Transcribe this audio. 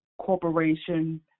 corporation